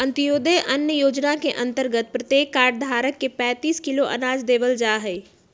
अंत्योदय अन्न योजना के अंतर्गत प्रत्येक कार्ड धारक के पैंतीस किलो अनाज देवल जाहई